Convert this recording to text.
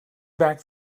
back